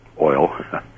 oil